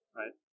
right